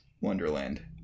Wonderland